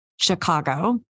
chicago